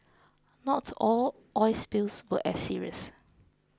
not all oil spills were as serious